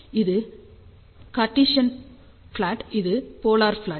இது cartesian plot இது polar plot